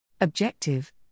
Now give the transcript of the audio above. Objective